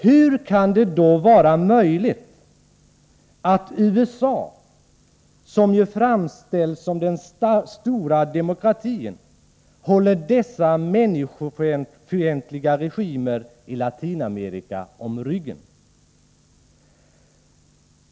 Hur kan det då vara möjligt att USA, som ju framställs som den stora demokratin, håller dessa människofientliga regimer i Latinamerika om ryggen?